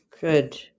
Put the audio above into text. Good